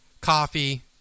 coffee